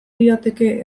lirateke